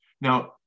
Now